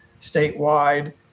statewide